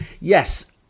Yes